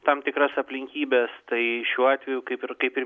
tam tikras aplinkybes tai šiuo atveju kaip ir kaip ir